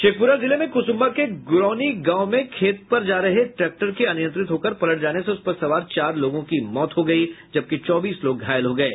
शेखपुरा जिले में कुसुंबा के गुरौनी गांव में खेत पर जा रहे एक ट्रैक्टर के अनियंत्रित होकर पलट जाने से उस पर सवार चार लोगों की मौत हो गयी जबकि चौबीस लोग घायल हो गये